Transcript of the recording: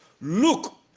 look